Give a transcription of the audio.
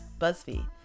BuzzFeed